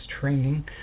training